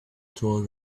told